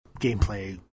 gameplay